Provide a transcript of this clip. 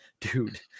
dude